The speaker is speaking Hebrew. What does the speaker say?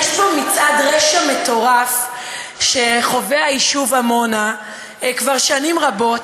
יש פה מצעד רשע מטורף שחווה היישוב עמונה כבר שנים רבות,